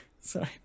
sorry